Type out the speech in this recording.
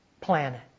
planet